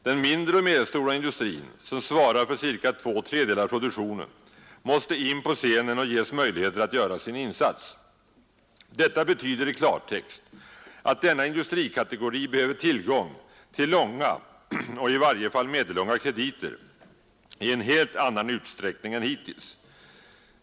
Den mindre och medelstora industrin, som svarar för cirka två tredjedelar av produktionen, måste in på scenen och ges möjligheter att göra sin insats. Detta betyder i klartext att denna industrikategori behöver tillgång till långa och i varje fall medellånga krediter i en helt annan utsträckning än hittills.